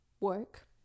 work